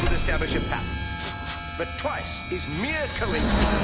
establish a pattern but twice is mere coincidence.